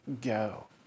go